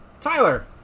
Tyler